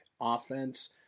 offense